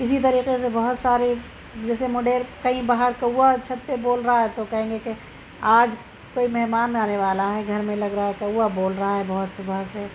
اسی طریقے سے بہت سارے جیسے مڈیر کئی باہر کوّا چھت پہ بول رہا ہے تو کہیں گے کہ آج کوئی مہمان آنے والا ہے گھر میں لگ رہا ہے کوا بول رہا ہے بہت صبح سے